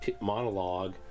monologue